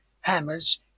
hammers